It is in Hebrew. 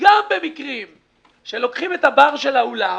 גם במקרים שלוקחים את הבר של האולם,